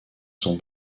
son